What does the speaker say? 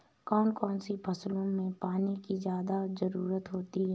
कौन कौन सी फसलों में पानी की ज्यादा ज़रुरत होती है?